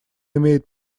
имеет